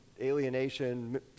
alienation